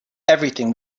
everything